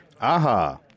Aha